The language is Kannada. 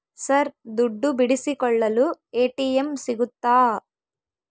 ಸರ್ ದುಡ್ಡು ಬಿಡಿಸಿಕೊಳ್ಳಲು ಎ.ಟಿ.ಎಂ ಸಿಗುತ್ತಾ?